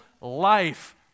life